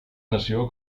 nació